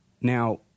Now